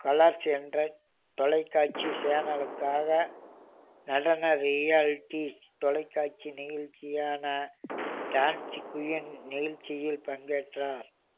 colours என்ற தொலைக்காட்சி சேனலுக்காக நடன ரியாலிட்டி தொலைக்காட்சி நிகழ்ச்சியான டான்சி குயின் நிகழ்ச்சியில் பங்கேற்றார்